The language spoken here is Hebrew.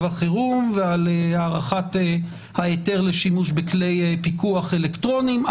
החירום ועל הארכת ההיתר לשימוש בכלי פיקוח אלקטרוניים.